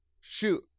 Shoot